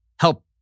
help